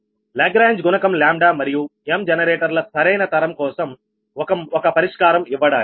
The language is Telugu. లాగ్రేంజ్ గుణకం మరియు m జనరేటర్ల సరైన తరం కోసం ఒక పరిష్కారం ఇవ్వడానికి